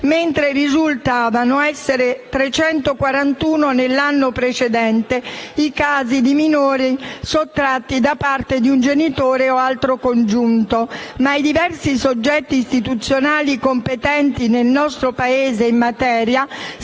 mentre risultavano essere 341 nell'anno precedente i casi di minori sottratti da parte di un genitore o altro congiunto. I diversi soggetti istituzionali competenti nel nostro Paese in materia